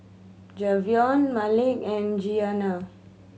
Javion Malik and Giana